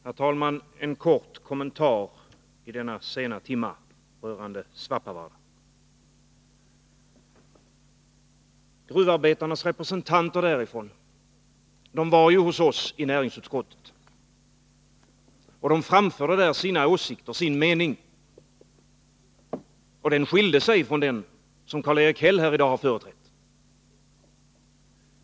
Herr talman! En kort kommentar i denna sena timme rörande Svappavaara: Gruvarbetarnas representanter därifrån var hos oss i näringsutskottet, och de framförde där sin mening. Den skiljde sig från den som Karl-Erik Häll här i dag har företrätt.